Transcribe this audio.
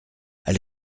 elle